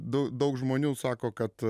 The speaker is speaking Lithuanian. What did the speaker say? du daug žmonių sako kad